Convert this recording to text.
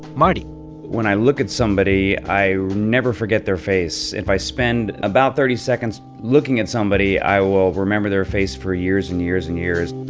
marty when i look at somebody, i never forget their face. if i spend about thirty seconds looking at somebody, i will remember their face for years and years and years